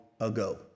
ago